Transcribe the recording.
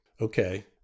okay